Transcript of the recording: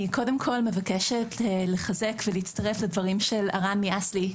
אני קודם כל מבקשת לחזק ולהצטרף לדברים של ארן מאסל"י.